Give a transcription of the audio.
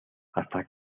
hasta